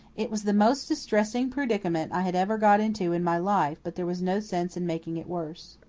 it was the most distressing predicament i had ever got into in my life, but there was no sense in making it worse.